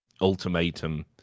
ultimatum